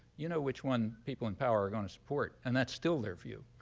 you know which one people in power are going to support. and that's still their view.